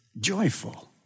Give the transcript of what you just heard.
joyful